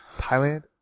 Thailand